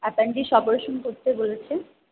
appendix operation করতে বলেছে